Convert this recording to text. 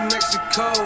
Mexico